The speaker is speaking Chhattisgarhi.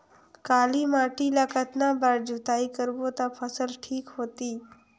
काली माटी ला कतना बार जुताई करबो ता फसल ठीक होती?